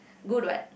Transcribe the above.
good what